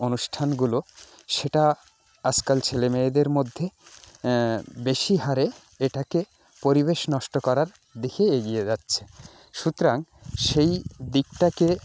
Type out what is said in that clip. অনুষ্ঠানগুলো সেটা আজকাল ছেলে মেয়েদের মধ্যে বেশি হারে এটাকে পরিবেশ নষ্ট করার দিকে এগিয়ে যাচ্ছে সুতরাং সেই দিকটাকে